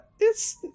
It's-